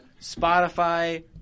Spotify